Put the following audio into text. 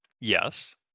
Yes